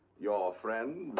your ah ah friends?